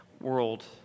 world